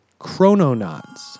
chrononauts